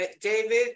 David